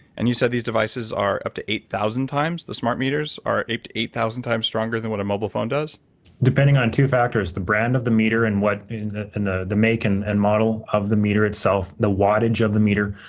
and you said these devices are up to eight thousand times? the smart meters are eight eight thousand times stronger than what a mobile phone does? josh depending on two factors, the brand of the meter and and the the make and and model of the meter itself, the wattage of the meter.